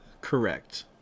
correct